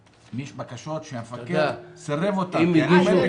אם יש בקשות שהמפקח סירב להן.